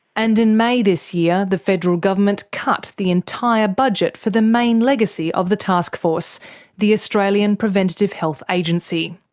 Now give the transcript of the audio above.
and in may this year, the federal government cut the entire budget for the main legacy of the taskforce the australian preventative health agency.